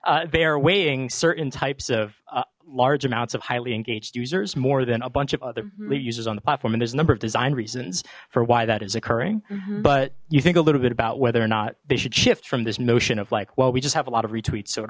they are weighing certain types of large amounts of highly engaged users more than a bunch of other users on the platform and there's a number of design reasons for why that is occurring but you think a little bit about whether or not they should shift from this notion of like well we just have a lot of retweets so it